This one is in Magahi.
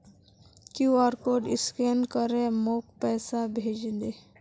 क्यूआर कोड स्कैन करे मोक पैसा भेजे दे